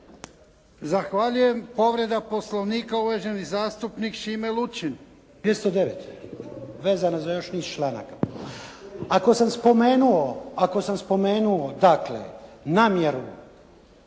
Zahvaljujem. Povreda Poslovnika uvaženi zastupnik Šime Lučin.